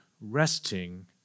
resting